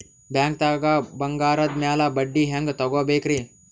ಬ್ಯಾಂಕ್ದಾಗ ಬಂಗಾರದ್ ಮ್ಯಾಲ್ ಬಡ್ಡಿ ಹೆಂಗ್ ತಗೋಬೇಕ್ರಿ?